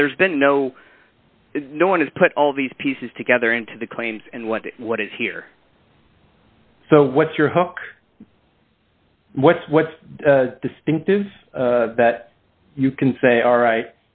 but there's been no no one has put all these pieces together into the claims and what is what is here so what's your hook what's what's distinctive that you can say all right